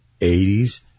80s